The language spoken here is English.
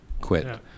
quit